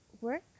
work